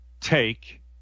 take